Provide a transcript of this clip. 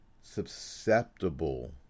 susceptible